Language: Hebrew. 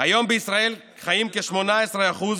היום בישראל חיים כ-18% גמלאים,